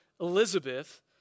Elizabeth